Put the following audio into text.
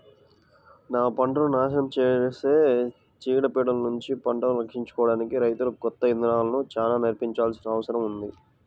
పంటను నాశనం చేసే చీడ పీడలనుంచి పంటను రక్షించుకోడానికి రైతులకు కొత్త ఇదానాలను చానా నేర్పించాల్సిన అవసరం ఉంది